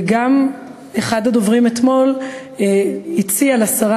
ואחד הדוברים אתמול הציע לשרה,